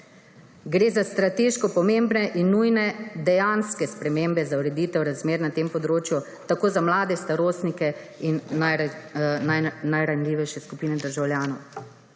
Gre za strateško pomembne in nujne dejanske spremembe za ureditev razmer na tem področju tako za mlade, starostnike in najranljivejše skupine državljanov.